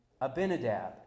Abinadab